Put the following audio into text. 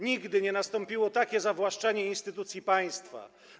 Nigdy nie nastąpiło takie zawłaszczenie instytucji państwa.